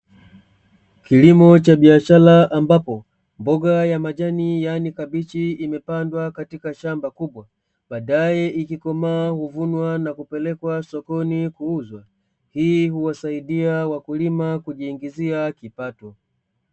Kilimo cha biashara ambapo mboga ya majani, yaani kabichi; imepandwa katika shamba kubwa, baadaye ikikomaa huvunwa na kupelekwa sokoni kuuzwa. Hii huwasaidia wakulima kujiingizia kipato.